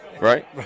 right